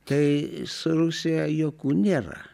tai su rusija juokų nėra